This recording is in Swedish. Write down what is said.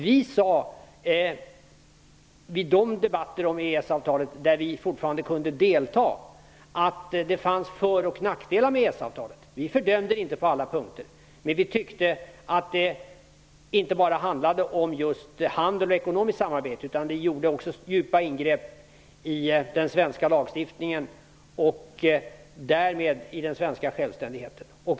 Vid de debatter som vi fortfarande kunde delta i sade vi att det fanns för och nackdelar med EES-avatalet. Vi fördömde det inte på alla punkter, men vi tyckte att det inte bara handlade om just handel och ekonomiskt samarbete utan att det också gjorde djupa ingrepp i den svenska lagstiftningen och därmed i den svenska självständigheten.